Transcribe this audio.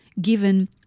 given